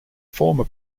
former